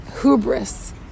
Hubris